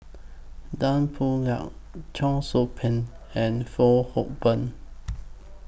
Tan Boo Liat Cheong Soo Pieng and Fong Hoe Beng